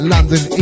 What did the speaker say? London